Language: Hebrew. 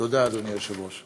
תודה, אדוני היושב-ראש.